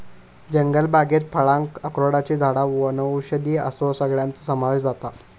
जंगलबागेत फळां, अक्रोडची झाडां वनौषधी असो सगळ्याचो समावेश जाता